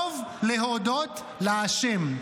טוב להודות להשם.